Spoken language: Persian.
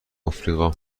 افریقا